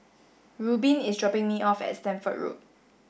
Rubin is dropping me off at Stamford Road